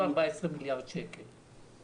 הוא 14 מיליארד שקלים.